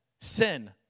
sin